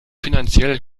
finanziell